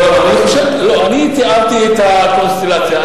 לא, לא, אני תיארתי את הקונסטלציה.